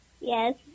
Yes